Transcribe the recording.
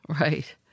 Right